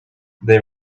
they